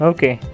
Okay